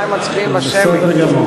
ההסתייגות הבאה תהיה שמית, בסדר גמור.